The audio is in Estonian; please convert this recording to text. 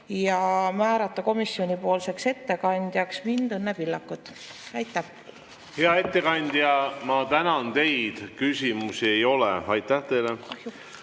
ja määrata komisjonipoolseks ettekandjaks mind, Õnne Pillakut. Aitäh! Hea ettekandja, ma tänan teid. Küsimusi ei ole. Aitäh teile!